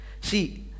see